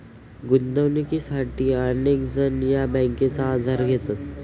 गुंतवणुकीसाठी अनेक जण या बँकांचा आधार घेतात